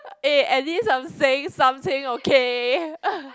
eh at least I'm saying something okay